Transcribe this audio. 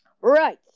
right